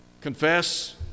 confess